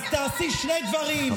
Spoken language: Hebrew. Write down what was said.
אז תעשי שני דברים,